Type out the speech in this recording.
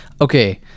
Okay